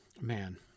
Man